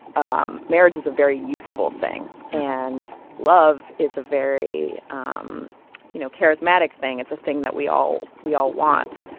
um marriage is a very useful thing. and love is a very, um you know, charismatic thing. it's a thing that we all we all want,